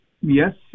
yes